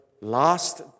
last